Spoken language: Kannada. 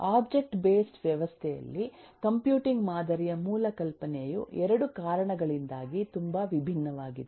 ಒಬ್ಜೆಕ್ಟ್ ಬೇಸ್ಡ್ ವ್ಯವಸ್ಥೆಯಲ್ಲಿ ಕಂಪ್ಯೂಟಿಂಗ್ ಮಾದರಿಯ ಮೂಲ ಕಲ್ಪನೆಯು 2 ಕಾರಣಗಳಿಂದಾಗಿ ತುಂಬಾ ವಿಭಿನ್ನವಾಗಿದೆ